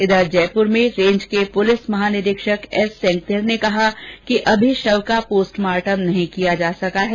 इधर जयप्र रेंज के पुलिस महानिदेशक एस सेंगाथिर ने कहा कि अभी शव का पोस्टमार्टम नहीं किया जा सका है